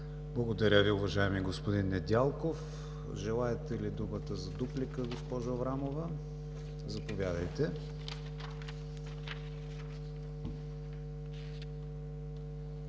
Благодаря Ви, уважаеми господин Недялков. Желаете ли думата за дуплика, госпожо Аврамова? Заповядайте.